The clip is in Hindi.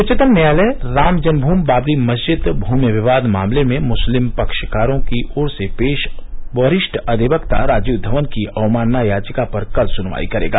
उच्चतम न्यायालय राम जन्मभूमि बाबरी मस्जिद भूमि विवाद मामले में मुस्लिम पक्षकारों की ओर से पेश वरिष्ठ अधिवक्ता राजीव धवन की अवमानना याचिका पर कल सनवाई करेगा